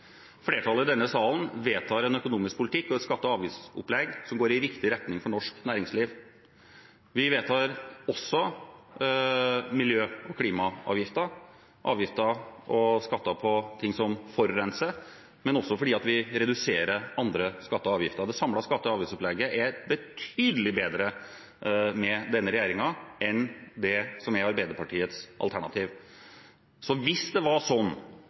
Flertallet i denne salen vedtar en økonomisk politikk og et skatte- og avgiftsopplegg som går i riktig retning for norsk næringsliv. Vi vedtar også miljø- og klimaavgifter, avgifter og skatter på ting som forurenser, men vi reduserer andre skatter og avgifter. Det samlede skatte- og avgiftsopplegget er betydelig bedre med denne regjeringen enn det som er Arbeiderpartiets alternativ. Hvis